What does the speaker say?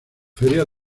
feria